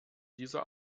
dieser